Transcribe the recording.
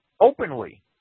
openly